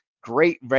Great